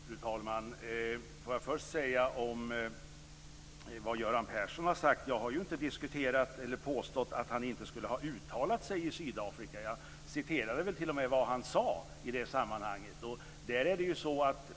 Fru talman! Jag vill först säga något om det som Göran Persson har sagt. Jag har inte påstått att han inte skulle ha uttalat sig i Sydafrika. Jag citerade väl t.o.m. vad han sade i det sammanhanget.